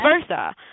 versa